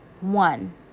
One